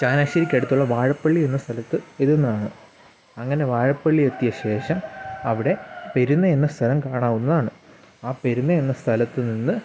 ചങ്ങനാശ്ശേരിക്കടുത്തുള്ള വാഴപ്പിള്ളി എന്ന സ്ഥലത്ത് ഇതെന്നാണ് അങ്ങനെ വാഴപ്പിള്ളി എത്തിയ ശേഷം അവിടെ പെരുന്ന എന്ന സ്ഥലം കാണാവുന്നതാണ് ആ പെരുന്ന എന്ന സ്ഥലത്തു നിന്ന്